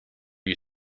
you